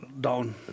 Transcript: down